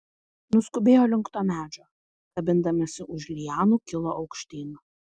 nuskubėjo link to medžio kabindamasi už lianų kilo aukštyn